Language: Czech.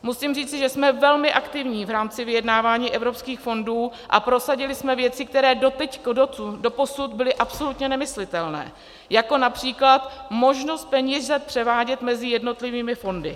Musím říci, že jsme velmi aktivní v rámci vyjednávání evropských fondů a prosadili jsme věci, které doposud byly absolutně nemyslitelné, jako např. možnost peníze převádět mezi jednotlivými fondy.